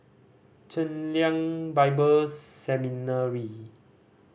Chen Lien Bible Seminary